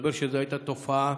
מסתבר שזו הייתה תופעה